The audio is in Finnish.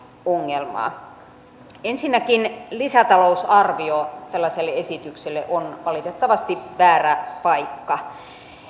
ongelmaa ensinnäkin lisätalousarvio tällaiselle esitykselle on valitettavasti väärä paikka